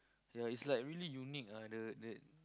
ya it's like really unique ah the the